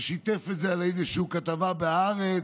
הוא שיתף את זה בגלל איזושהי כתבה בהארץ.